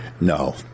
No